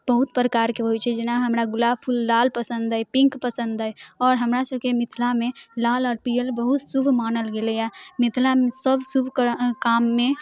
बहुत प्रकारके होइत छै जेना हमरा गुलाब फूल लाल पसंद अछि पिंक पसंद अछि आओर हमरा सभकेँ मिथिलामे लाल आओर पीअर बहुत शुभ मानल गेलै हँ मिथिलामे सभ शुभ काममे